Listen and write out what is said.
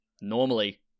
normally